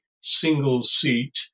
single-seat